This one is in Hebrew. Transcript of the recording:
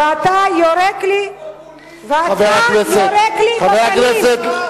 "ואתה יורק לי בפנים".